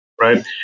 Right